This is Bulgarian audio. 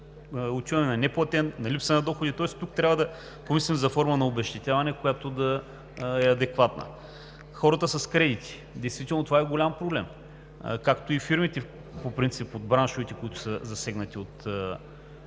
отиваме на неплатен, на липса на доходи. Тоест тук трябва да помислим за форма на обезщетяване, която да е адекватна. Хората с кредити. Действително това е голям проблем, както по принцип и фирмите от браншовете, които са засегнати от